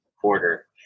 quarter